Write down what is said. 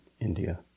India